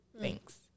Thanks